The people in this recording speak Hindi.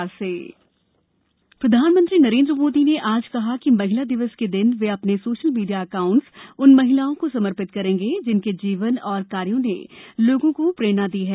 मोदी महिला दिवस प्रधानमंत्री नरेन्द्र मोदी ने आज कहा कि महिला दिवस के दिन वे अपने सोशल मीडिया अकाउंटस उन महिलाओं को समर्पित करेंगे जिनके जीवन और कार्यों ने लोगों को प्रेरणा दी है